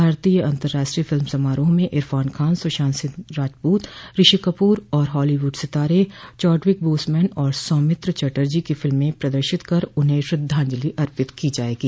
भारतीय अंतराष्ट्रीय फिल्म समारोह में इरफान खान सुशांत सिंह राजपूत ऋषिकपूर और हॉलीवुड सितारे चौडविक बोसमैन और सौमित्र चाटर्जी की फिल्में प्रदर्शित कर उन्हें श्रद्धांजलि अर्पित की जायेगी